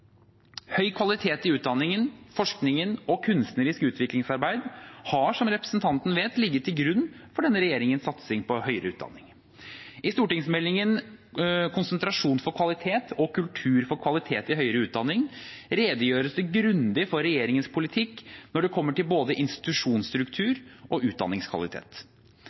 Høy kvalitet i utdanning, forskning og kunstnerisk utviklingsarbeid har, som representanten vet, ligget til grunn for denne regjeringens satsing på høyere utdanning. I stortingsmeldingene «Konsentrasjon for kvalitet» og «Kultur for kvalitet i høyere utdanning» redegjøres det grundig for regjeringens politikk når det kommer til både institusjonsstruktur og utdanningskvalitet.